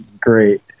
great